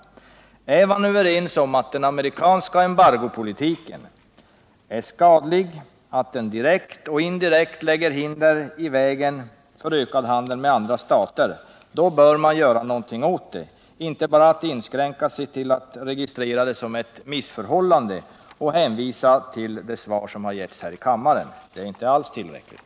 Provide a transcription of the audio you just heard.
Är man överens om att den amerikanska embargopolitiken är skadlig, att den direkt och indirekt lägger hinder i vägen för handeln med andra stater, bör man göra någonting åt det och inte bara inskränka sig till att registrera det som ett missförhållande och hänvisa till det svar som har getts här i kammaren. Det är inte alls tillräckligt.